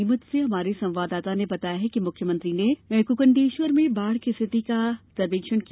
नीमच से हमारे संवाददाता ने बताया है कि मुख्यमंत्री ने कुंकडेश्वर में बाढ़ की स्थिति का हवाई सर्वेक्षण किया